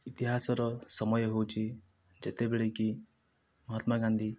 ଇତିହାସର ସମୟ ହେଉଛି ଯେତେବେଳେ କି ମହାତ୍ମା ଗାନ୍ଧୀ